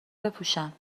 بپوشم